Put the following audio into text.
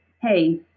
Hey